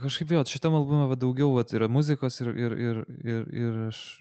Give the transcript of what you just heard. kažkaip jo šitam albume va daugiau vat yra muzikos ir ir ir ir ir aš